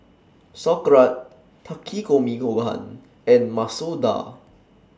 Sauerkraut Takikomi Gohan and Masoor Dal